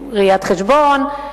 בראיית-חשבון,